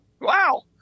Wow